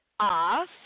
Off